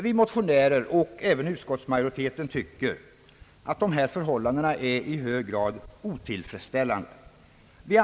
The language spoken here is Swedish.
Vi motionärer och även utskottsmajoriteten tycker att dessa förhållanden är i hög grad otillfredsställande.